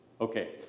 Okay